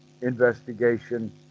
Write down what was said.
investigation